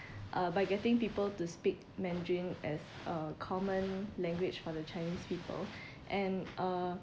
uh by getting people to speak mandarin as uh common language for the chinese people and uh